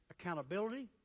accountability